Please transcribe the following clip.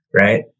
right